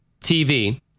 tv